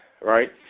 right